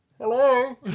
hello